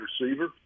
receiver